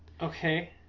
Okay